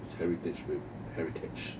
it's heritage babe heritage